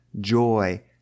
joy